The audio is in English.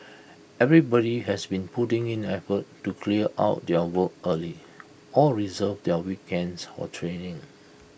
everybody has been putting in effort to clear out their work early or reserve their weekends for training